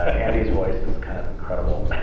ah and his voice is kind of incredible.